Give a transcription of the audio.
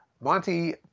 Monty